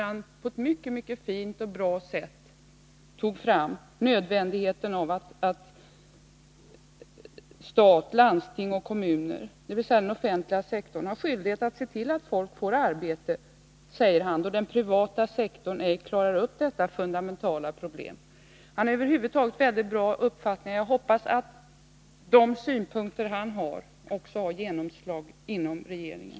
Han sade där att ”stat, landsting och kommuner, dvs. offentlig sektor, har skyldighet se till att folk får arbete, då privat sektor ej klarar upp detta fundamentala problem”. Jag hoppas att hans synpunkter har genomslag inom regeringen.